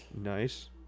Nice